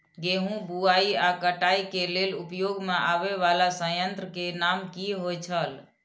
गेहूं बुआई आ काटय केय लेल उपयोग में आबेय वाला संयंत्र के नाम की होय छल?